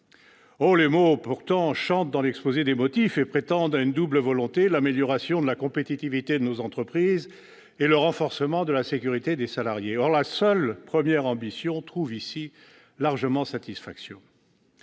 Oh, les mots, pourtant, chantent dans l'exposé des motifs ! Ils prétendent à une double volonté : l'amélioration de la compétitivité de nos entreprises et le renforcement de la sécurité des salariés. Or seule la première ambition trouve ici, largement, satisfaction.